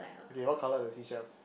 okay what colour are the seashells